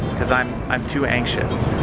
cause i'm i'm too anxious.